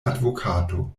advokato